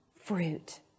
fruit